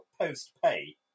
post-pay